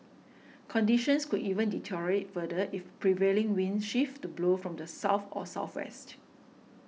conditions could even deteriorate further if prevailing winds shift to blow from the south or southwest